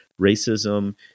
racism